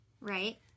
right